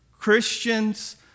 Christians